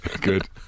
Good